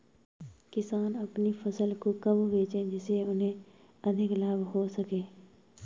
किसान अपनी फसल को कब बेचे जिसे उन्हें अधिक लाभ हो सके?